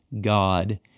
God